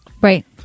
Right